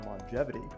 longevity